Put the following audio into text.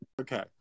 Okay